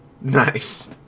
Nice